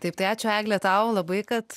taip tai ačiū egle tau labai kad